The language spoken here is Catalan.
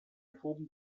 fum